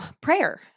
prayer